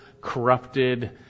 corrupted